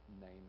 name